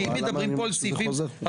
כי אם מדברים פה על סעיפים --- לא,